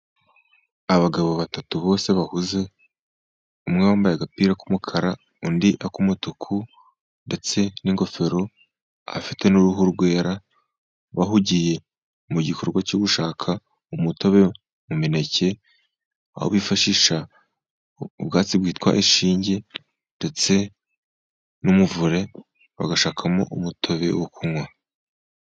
Abagabo batatu bose bahuze, umwe wambaye agapira k'umukara, undi ak'umutuku ndetse n'ingofero, afite n'uruhu rwera. Bahugiye mu gikorwa cyo gushaka umutobe mu mineke, aho bifashisha ubwatsi bwitwa ishinge ndetse n'umuvure, bagashakamo umutobe wo kunywa.